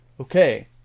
Okay